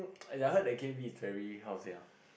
I heard that K_V is very how to say ah